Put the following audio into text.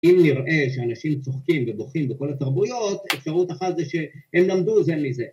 ‫אם נראה שאנשים צוחקים ובוכים ‫בכל התרבויות, ‫אפשרות אחת זה שהם למדו זה מזה.